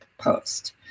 post